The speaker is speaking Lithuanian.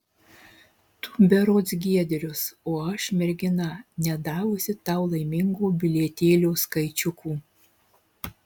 tu berods giedrius o aš mergina nedavusi tau laimingo bilietėlio skaičiukų